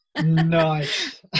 Nice